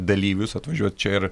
dalyvius atvažiuoti čia ir